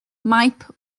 maip